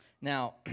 Now